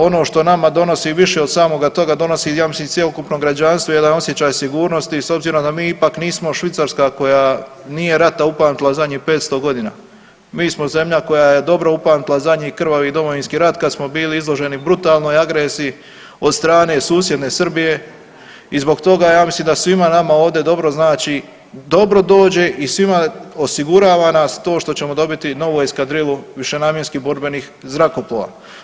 Ono što nama donosi više od samoga toga donosi ja mislim cjelokupnom građanstvu jedan osjećaj sigurnosti i s obzirom da mi ipak nismo Švicarska koja nije rata upamtila zadnjih 500.g., mi smo zemlja koja je dobro upamtila zadnji krvavi Domovinski rat kad smo bili izloženi brutalnoj agresiji od strane susjedne Srbije i zbog toga ja mislim da svima nama ovdje dobro znači, dobro dođe i svima osigurava nas to što ćemo dobiti novu eskadrilu višenamjenskih borbenih zrakoplova.